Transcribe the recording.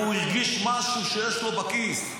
-- והוא הרגיש שיש לו משהו בכיס.